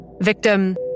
Victim